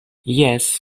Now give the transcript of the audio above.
jes